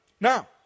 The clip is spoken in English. Now